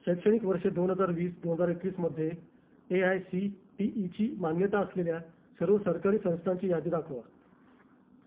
शैक्षणिक वर्ष दोन हजार वीस दोन हजार एकवीसमध्ये ए आय सी टी ईची मान्यता असलेल्या सर्व सरकारी संस्थांची यादी दाखवा